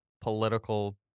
political